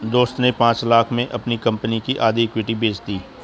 दोस्त ने पांच लाख़ में अपनी कंपनी की आधी इक्विटी बेंच दी